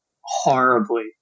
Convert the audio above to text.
horribly